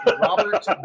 Robert